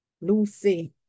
Lucy